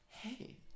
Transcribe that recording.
Hey